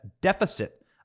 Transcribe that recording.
deficit